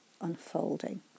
unfolding